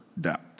doubt